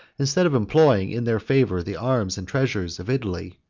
instead of employing in their favor the arms and treasures of italy,